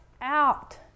out